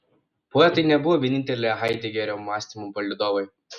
poetai nebuvo vieninteliai haidegerio mąstymo palydovai